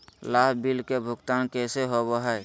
लाभ बिल के भुगतान कैसे होबो हैं?